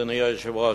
אדוני היושב-ראש,